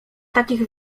takich